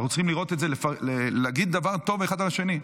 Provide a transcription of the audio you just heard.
אנחנו צריכים לראות את זה ולהגיד דבר טוב אחד על השני,